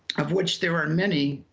of which there are many,